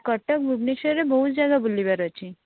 କଟକ ଭୁବନେଶ୍ୱରରେ ବହୁତ ଜାଗା ବୁଲିବାର ଅଛି